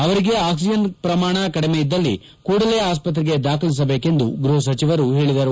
ಅವರಿಗೆ ಅಕ್ಷಿಜನ್ ಪ್ರಮಾಣ ಕಡಿಮೆಯಿದ್ದಲ್ಲಿ ಕೂಡಲೇ ಆಸ್ತ್ರೆಗೆ ದಾಖಲಿಸಬೇಕೆಂದು ಗೃಪ ಸಚಿವರು ಹೇಳದರು